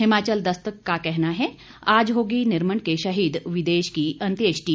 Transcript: हिमाचल दस्तक का कहना है आज होगी निरमंड के शहीद विदेश की अंत्येष्टि